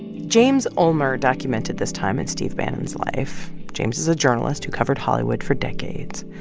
james ulmer documented this time in steve bannon's life. james is a journalist who covered hollywood for decades.